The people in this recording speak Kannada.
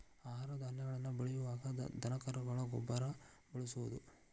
ಆಹಾರ ಧಾನ್ಯಗಳನ್ನ ಬೆಳಿಯುವಾಗ ದನಕರುಗಳ ಗೊಬ್ಬರಾ ಬಳಸುದು